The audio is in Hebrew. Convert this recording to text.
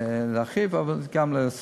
לפני שאני